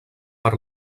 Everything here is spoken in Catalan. per